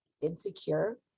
insecure